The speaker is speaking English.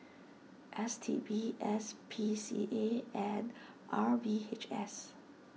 S T B S P C A and R V H S